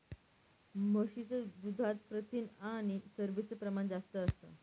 म्हशीच्या दुधात प्रथिन आणि चरबीच प्रमाण जास्त असतं